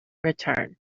return